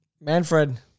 manfred